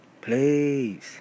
Please